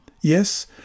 Yes